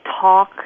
talk